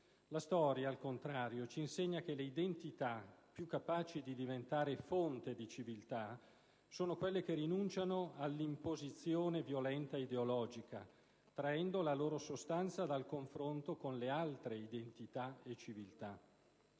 La storia, al contrario, ci insegna che le identità più capaci di diventare fonte di civiltà sono quelle che rinunciano all'imposizione violenta e ideologica, traendo la loro sostanza dal confronto con le altre identità e civiltà.